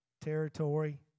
territory